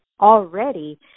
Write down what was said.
already